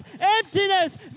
emptiness